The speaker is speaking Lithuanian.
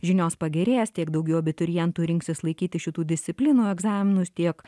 žinios pagerės tiek daugiau abiturientų rinksis laikyti šitų disciplinų egzaminus tiek